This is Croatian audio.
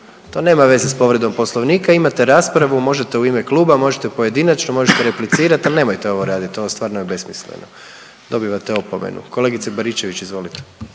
To nema veze sa povredom Poslovnika. Imate raspravu. Možete u ime kluba, možete pojedinačno, možete replicirati, ali nemojte ovo raditi. Ovo stvarno je besmisleno. Dobivate opomenu. Kolegice Baričević, izvolite.